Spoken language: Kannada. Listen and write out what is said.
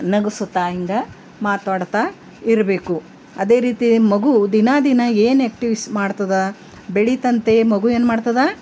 ನಗಸುತಯಿಂದ ಮಾತಾಡ್ತಾ ಇರಬೇಕು ಅದೇ ರೀತಿ ಮಗು ದಿನ ದಿನ ಏನು ಆ್ಯಕ್ಟಿವಿಸ್ ಮಾಡ್ತದೆ ಬೆಳೆದಂತೆ ಮಗು ಏನು ಮಾಡ್ತದೆ